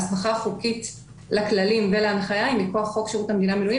הסמכה חוקית לכללים ולהנחיה היא מכוח חוק שירות המדינה (מינויים)